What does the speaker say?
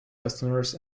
westerners